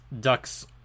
Ducks